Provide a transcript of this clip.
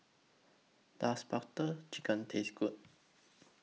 Does Butter Chicken Taste Good